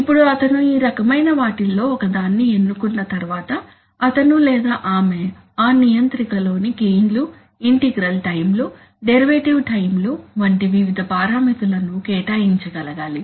ఇప్పుడు అతను ఈ రకమైన వాటిల్లో ఒకదాన్ని ఎన్నుకున్న తర్వాత అతను లేదా ఆమె ఆ నియంత్రికలోని గెయిన్ లు ఇంటిగ్రల్ టైం లు డెరివేటివ్ టైం లు వంటి వివిధ పారామితులను కేటాయించగలగాలి